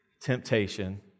temptation